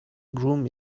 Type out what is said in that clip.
groom